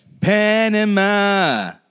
Panama